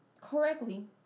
correctly